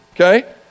okay